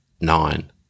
nine